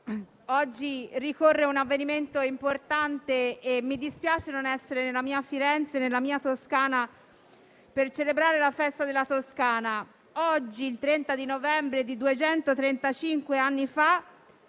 oggi ricorre un avvenimento importante e mi dispiace non essere nella mia Firenze, nella mia Regione per celebrare la Festa della Toscana. Il 30 novembre di 235 anni fa,